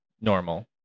normal